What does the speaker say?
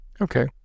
Okay